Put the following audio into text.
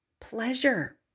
pleasure